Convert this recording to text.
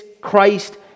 Christ